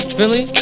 Philly